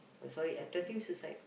sorry attempting suicide